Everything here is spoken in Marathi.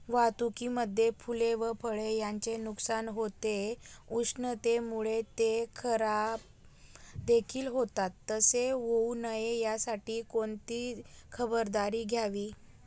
वाहतुकीमध्ये फूले व फळे यांचे नुकसान होते, उष्णतेमुळे ते खराबदेखील होतात तसे होऊ नये यासाठी कोणती खबरदारी घ्यावी?